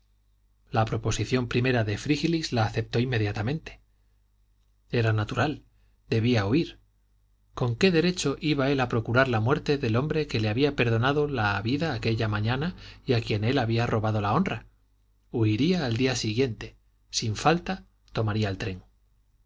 la proposición primera de frígilis la aceptó inmediatamente era natural debía huir con qué derecho iba él a procurar la muerte del hombre que le había perdonado la vida aquella mañana y a quien él había robado la honra huiría al día siguiente sin falta tomaría el tren